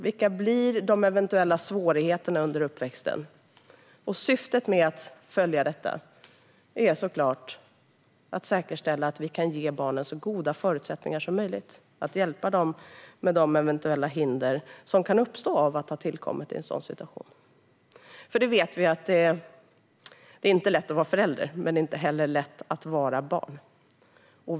Vilka blir de eventuella svårigheterna under uppväxten? Syftet med att följa detta är såklart att säkerställa att vi kan ge barnen så goda förutsättningar som möjligt och hjälpa dem med de eventuella hinder som kan uppstå av att ha tillkommit i en sådan situation. Vi vet att det inte är lätt att vara förälder. Men det är heller inte lätt att vara barn.